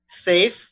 safe